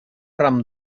ram